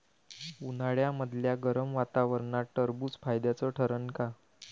उन्हाळ्यामदल्या गरम वातावरनात टरबुज फायद्याचं ठरन का?